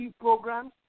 programs